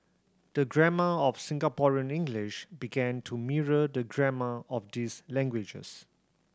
the grammar of Singaporean English began to mirror the grammar of these languages